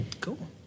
Cool